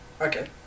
Okay